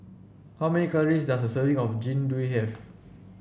how many calories does a serving of Jian Dui have